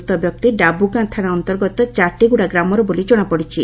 ମୃତ ବ୍ୟକ୍ତି ଡାବୁଗାଁ ଥାନା ଅନ୍ତର୍ଗତ ଚାଟିଗୁଡ଼ା ଗ୍ରାମର ବୋଲି ଜଶାପଡିଛି